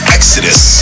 Exodus